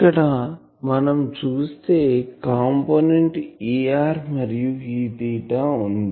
ఇక్కడ మనం చూస్తే కాంపోనెంట్ Er మరియు Eθ వుంది